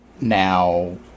now